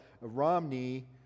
Romney